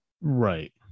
right